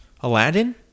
Aladdin